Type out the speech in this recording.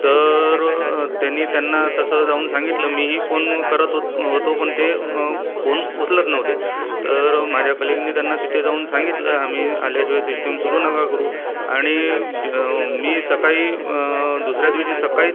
तर त्यांनी त्यांना तसं जाऊन सांगितलं मीही फोन करत होत होतो पण ते फोन उचलत नव्हते तर माझ्या कलिगने त्यांना तिथे जाऊन सांगितलं आम्ही आल्याशिवाय सिष्टीम सुरु नका करू आणि मी सकाळी दुसऱ्या दिवशी सकाळीच